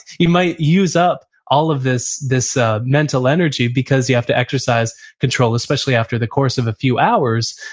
you might use up all of this this mental energy because you have to exercise control, especially after the course of a few hours,